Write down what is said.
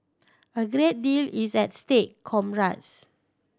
a great deal is at stake comrades